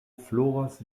floras